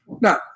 Now